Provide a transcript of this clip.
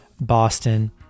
Boston